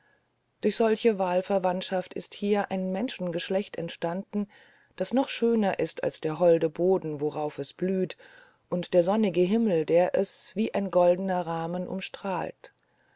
durch solche wahlverwandtschaft ist hier ein menschengeschlecht entstanden das noch schöner ist als der holde boden worauf es blüht und der sonnige himmel der es wie ein goldner rahmen umstrahlt